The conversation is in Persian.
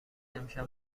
امشب